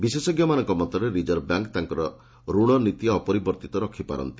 ବିଶେଷଜ୍ଞମାନଙ୍କ ମତରେ reserve bank ତାଙ୍କର ରଣନୀତି ଅପରିବର୍ତ୍ତିତ ରଖିପାରନ୍ତି